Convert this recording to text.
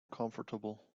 comfortable